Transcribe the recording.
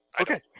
Okay